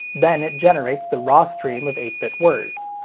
then it generates the raw stream of eight bit words.